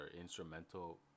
instrumental